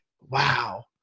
wow